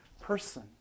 person